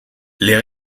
les